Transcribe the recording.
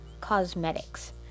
Cosmetics